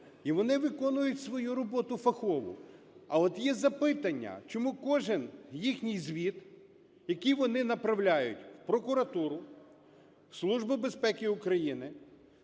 і вони виконують свою роботу фахово. А от є запитання. Чому кожен їхній звіт, який вони направляють в прокуратуру, в Службу безпеки України,